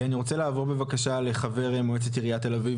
אני רוצה לעבור בבקשה לחבר מועצת עיריית תל אביב,